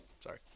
sorry